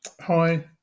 Hi